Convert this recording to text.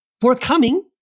forthcoming